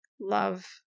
love